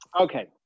okay